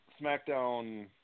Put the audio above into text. SmackDown